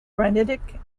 granitic